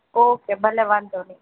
okay ભલે વાંધો નહીં